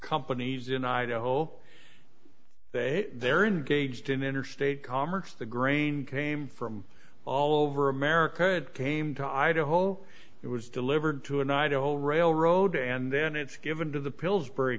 companies in idaho they're in gauged in interstate commerce the grain came from all over america it came to idaho it was delivered to an idaho railroad and then it's given to the pillsbury